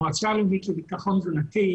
המועצה הלאומית לביטחון תזונתי,